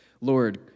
Lord